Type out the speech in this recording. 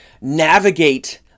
navigate